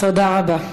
תודה רבה.